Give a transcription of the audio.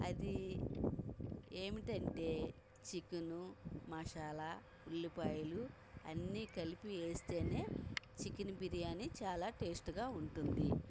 అది ఏమిటంటే చికెను మసాలా ఉల్లిపాయలు అన్నీ కలిపి వేస్తేనే చికెన్ బిర్యాని చాలా టేస్ట్ గా ఉంటుంది